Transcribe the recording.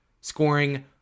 scoring